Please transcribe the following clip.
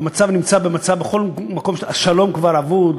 השלום כבר אבוד,